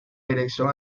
dirección